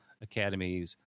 Academies